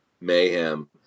mayhem